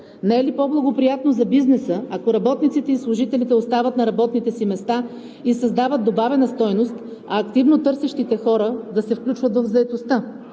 Не е ли по-благоприятно за бизнеса, ако работниците и служителите остават на работните си места и създават добавена стойност, а активно търсещите хора да се включват в заетостта?